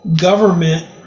government